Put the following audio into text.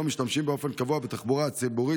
משתמשים באופן קבוע בתחבורה הציבורית,